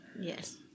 Yes